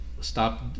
stop